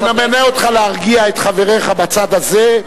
אני ממנה אותך להרגיע את חבריך בצד הזה,